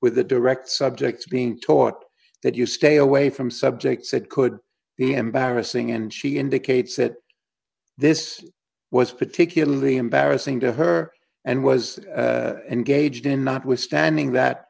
with the direct subjects being taught that you stay away from subjects that could be embarrassing and she indicates that this was particularly embarrassing to her and was engaged in notwithstanding that